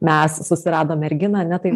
mes susirado merginą ane taip